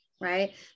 right